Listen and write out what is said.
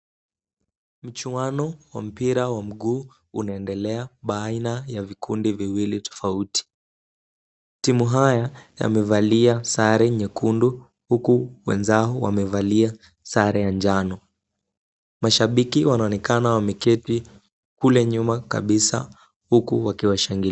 Mchuano wa mpira wa mguu unaendelea baina ya vikundi viwili tofauti. Timu haya yamevalia sare nyekundu huku wenzao wamevalia sare ya njano. Mashabiki wanaonekana wameketi kule nyuma kabisa huku wakiwashangilia.